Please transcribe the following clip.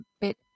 bit